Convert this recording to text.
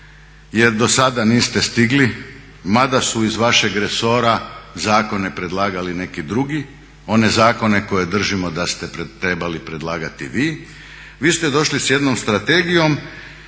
jer do sada niste stigli mada su iz vašeg resora zakone predlagali neki drugi, one zakone koje držimo da ste trebali predlagati vi, vi ste došli sa jednom strategijom